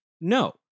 No